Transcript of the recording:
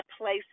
place